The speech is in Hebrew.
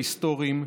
ההיסטוריים,